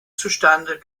zustande